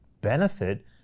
benefit